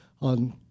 On